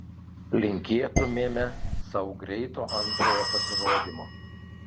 linkėtumėme sau greito antrojo pasirodymo